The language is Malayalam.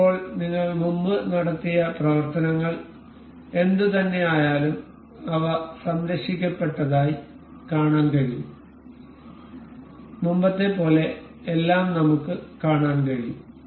ഇപ്പോൾ നിങ്ങൾ മുമ്പ് നടത്തിയ പ്രവർത്തനങ്ങൾ എന്തുതന്നെയായാലും അവ സംരക്ഷിക്കപ്പെട്ടതായി കാണാൻ കഴിയും മുമ്പത്തെപ്പോലെ എല്ലാം നമുക്ക് കാണാൻ കഴിയും